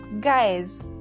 Guys